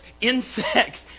insects